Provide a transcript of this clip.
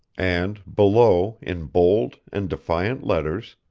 and, below, in bold and defiant letters